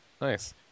nice